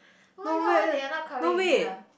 no wa~ no wait